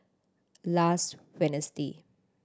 last Wednesday